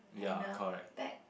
and the back